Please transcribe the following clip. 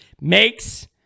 makes